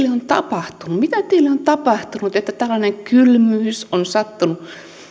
on tapahtunut mitä teille on tapahtunut että tällainen kylmyys on sattunut